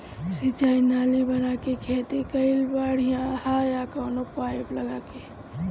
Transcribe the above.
सिंचाई नाली बना के खेती कईल बढ़िया ह या कवनो पाइप लगा के?